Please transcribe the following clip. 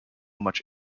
much